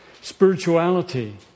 spirituality